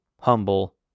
humble